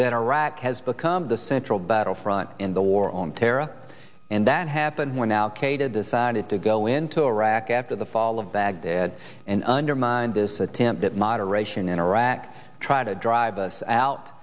that iraq has become the central battlefront in the war on terror and that happened when al qaeda decided to go into iraq after the fall of baghdad and undermined this attempt at moderation in iraq try to drive us out